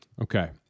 Okay